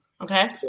Okay